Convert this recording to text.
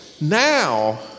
Now